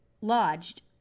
lodged